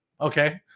Okay